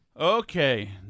Okay